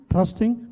Trusting